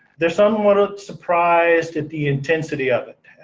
they're somewhat ah surprised at the intensity of it,